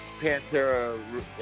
Pantera